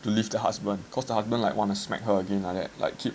to leave the husband because the husband like want to smack her again like that like